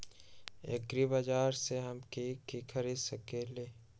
एग्रीबाजार से हम की की खरीद सकलियै ह?